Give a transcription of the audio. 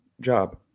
job